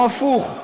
או הפוך,